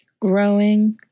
growing